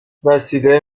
وسیله